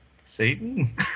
Satan